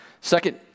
Second